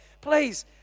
please